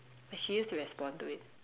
she used to respond to it